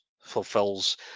fulfills